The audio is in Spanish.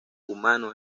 humano